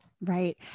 Right